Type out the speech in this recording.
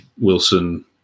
Wilson